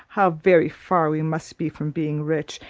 how very far we must be from being rich,